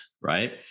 right